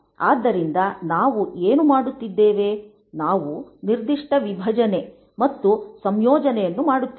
ಆದ್ದರಿಂದ ನಾವು ಏನು ಮಾಡಿದ್ದೇವೆ ನಾವು ನಿರ್ದಿಷ್ಟ ವಿಭಜನೆ ಮತ್ತು ಸಂಯೋಜನೆಯನ್ನು ಮಾಡಿದ್ದೇವೆ